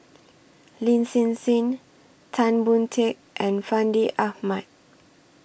Lin Hsin Hsin Tan Boon Teik and Fandi Ahmad